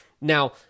Now